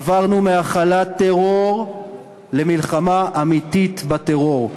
עברנו מהכלת טרור למלחמה אמיתית בטרור.